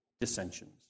dissensions